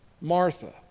Martha